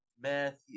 Matthew